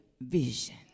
vision